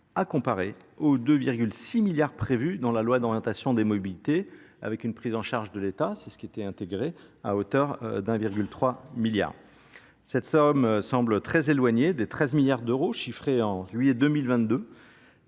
à comparer aux deux six milliards prévus dans la loi d'orientation des mobilités avec une prise en charge de l'état c'est ce qui était intégré à hauteur d'un virgule trois milliards cette somme semble très éloignée des treize milliards d'euros chiffrés en juillet deux